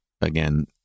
again